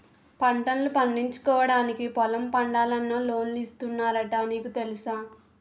పంటల్ను పండించుకోవడానికి పొలం పండాలన్నా లోన్లు ఇస్తున్నారట నీకు తెలుసా?